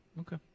Okay